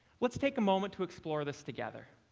let's take a moment to explore this together.